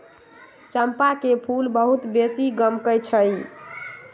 चंपा के फूल बहुत बेशी गमकै छइ